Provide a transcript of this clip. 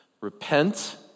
Repent